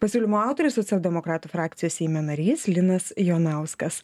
pasiūlymo autorius socialdemokratų frakcijos seime narys linas jonauskas